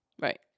right